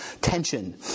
tension